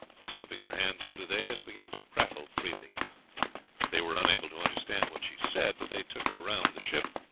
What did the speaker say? slipping her hands into theirs, began to prattle freely they were unable to understand what she said, but they took her round the ship,